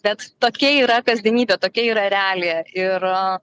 bet tokia yra kasdienybė tokia yra realija ir